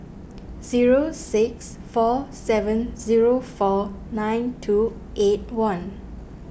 zero six four seven zero four nine two eight one